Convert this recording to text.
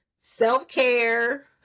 self-care